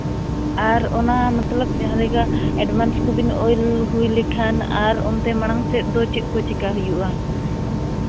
ᱟᱨ ᱚᱱᱟ ᱢᱚᱛᱞᱚᱵᱽ ᱡᱟᱦᱟᱸ ᱨᱮᱜᱮ ᱮᱰᱵᱷᱟᱱᱥ ᱠᱚᱵᱮᱱ ᱚᱞ ᱦᱩᱭ ᱞᱮᱠᱷᱟᱱ ᱟᱨ ᱚᱱᱛᱮ ᱢᱟᱲᱟᱝ ᱥᱮᱫ ᱫᱚ ᱪᱮᱫ ᱠᱚ ᱪᱤᱠᱟᱹ ᱦᱩᱭᱩᱜᱼᱟ